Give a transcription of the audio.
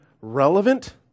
relevant